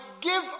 give